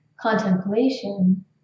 Contemplation